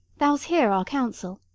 thou's hear our counsel.